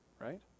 right